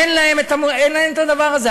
אין להם הדבר הזה.